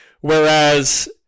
whereas